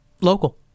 Local